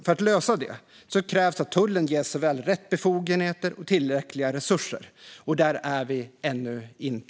För att lösa detta krävs att tullen ges såväl rätt befogenheter som tillräckliga resurser. Där är vi ännu inte.